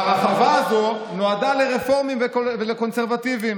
"הרחבה הזו נועדה לרפורמים ולקונסרבטיבים